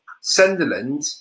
Sunderland